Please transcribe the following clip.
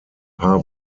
paar